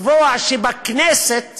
לקבוע שהכנסת